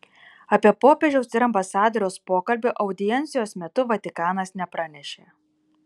apie popiežiaus ir ambasadoriaus pokalbį audiencijos metu vatikanas nepranešė